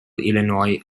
illinois